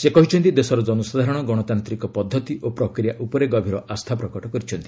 ସେ କହିଛନ୍ତି ଦେଶର ଜନସାଧାରଣ ଗଣତାନ୍ତିକ ପଦ୍ଧତି ଓ ପ୍ରକ୍ରିୟା ଉପରେ ଗଭୀର ଆସ୍ଥାପ୍ରକଟ କରିଛନ୍ତି